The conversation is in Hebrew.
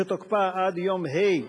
שתוקפה עד יום ה'